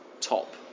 top